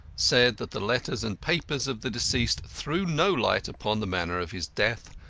said that the letters and papers of the deceased threw no light upon the manner of his death,